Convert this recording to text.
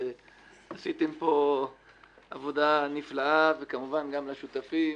שעשיתם פה עבודה מופלאה, וכמובן גם לשותפים: